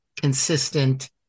consistent